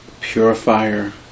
purifier